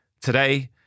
Today